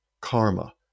karma